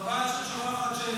לשבת בשקט,